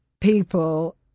people